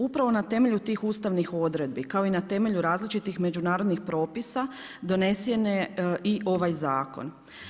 Upravo na temelju tih ustavnih odredbi kao i na temelju različitih međunarodnih propisa donesen je i ovaj zakon.